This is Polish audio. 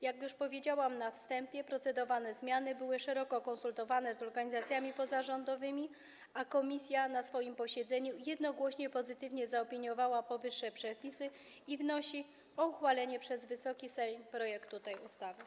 Jak już powiedziałam na wstępie, procedowane zmiany były szeroko konsultowane z organizacjami pozarządowymi, a komisja na swoim posiedzeniu jednogłośnie pozytywnie zaopiniowała powyższe przepisy i wnosi o uchwalenie przez Wysoki Sejm projektu tej ustawy.